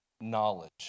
knowledge